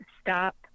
stop